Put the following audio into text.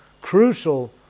crucial